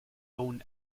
own